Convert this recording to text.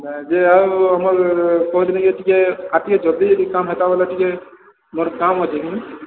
ନାଇଁ ଯେ ଆଉ ଆମର୍ କହୁଥିନି କି ଟିକେ ଆର୍ ଟିକେ ଜଲ୍ଦି ଯଦି କାମ୍ ଟିକେ ହେତା ତ ମୋର କାମ୍ ଅଛି